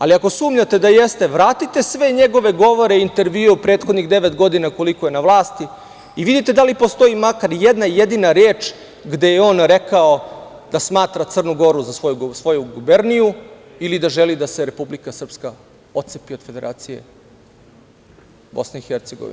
Ali, ako sumnjate da jeste, vratite sve njegove govore i intervjue u prethodnih devet godina, koliko je na vlasti, i vidite da li postoji makar jedna, jedina reč gde je on rekao da smatra Crnu Goru za svoju guberniju ili da želi da se Republika Srpska otcepi od Federacije Bosne i Hercegovine.